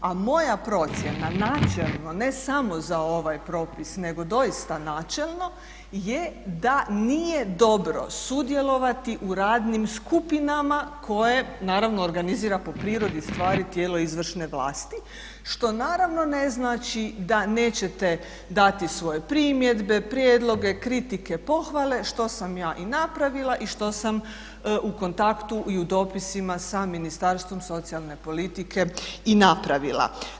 A moja procjena načelno ne samo za ovi propis nego doista načelno je da nije dobro sudjelovati u radnim skupina koje naravno organizira po prirodi stvari tijelo izvršne vlasti što naravno ne znači da nećete dati svoje primjedbe, prijedloge, kritike, pohvale što sam ja i napravila i što sam u kontaktu i u dopisima sa Ministarstvom socijalne politike i napravila.